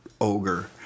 ogre